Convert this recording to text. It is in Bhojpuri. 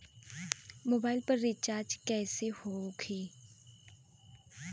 मोबाइल पर रिचार्ज कैसे होखी?